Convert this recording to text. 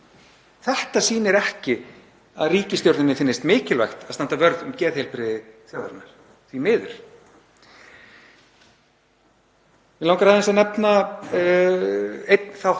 Þetta sýnir ekki að ríkisstjórninni finnist mikilvægt að standa vörð um geðheilbrigði þjóðarinnar, því miður. Mig langar aðeins að nefna